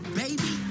baby